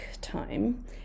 time